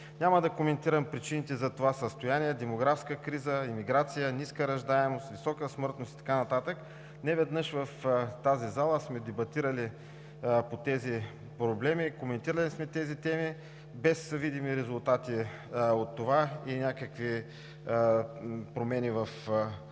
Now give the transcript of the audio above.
Няма да коментирам причините за това състояние – демографска криза, имиграция, ниска раждаемост, висока смъртност и така нататък. Неведнъж в тази зала сме дебатирали по тези проблеми, коментирали сме тези теми без видими резултати от това и някакви промени в